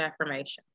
affirmations